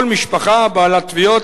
כל משפחה בעלת תביעות,